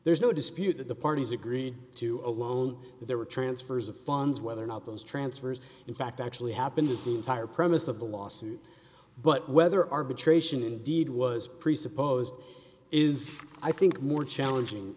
there's no dispute that the parties agreed to a loan there were transfers of funds whether or not those transfers in fact actually happened is the entire premise of the lawsuit but whether arbitration indeed was presupposed is i think more challenging